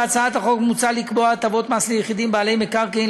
בהצעת החוק מוצע לקבוע הטבות מס ליחידים בעלי מקרקעין,